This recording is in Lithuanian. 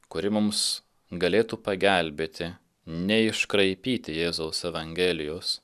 kuri mums galėtų pagelbėti neiškraipyti jėzaus evangelijos